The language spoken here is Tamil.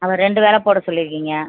ஆமாம் ரெண்டு வேளை போட சொல்லிருக்கீங்கள்